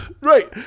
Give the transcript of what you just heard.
Right